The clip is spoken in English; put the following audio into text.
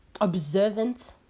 observant